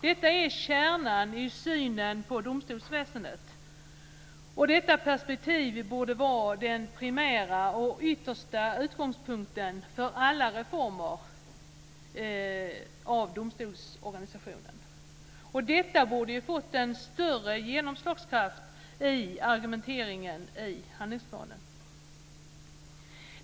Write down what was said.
Detta är kärnan i synen på domstolsväsendet, och det perspektivet borde vara den primära och yttersta utgångspunkten för alla reformer av domstolsorganisationen. Detta borde ha fått större genomslag i argumenteringen i handlingsplanen.